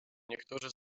niektórzy